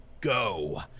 go